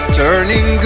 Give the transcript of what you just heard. turning